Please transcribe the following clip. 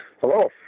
Hello